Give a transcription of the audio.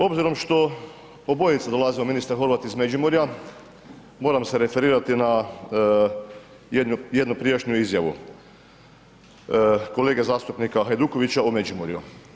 Obzirom što obojica dolazimo, ministar Horvat iz Međimurja moram se referirati na jednu prijašnju izjavu kolege zastupnika Hajdukovića o Međimurju.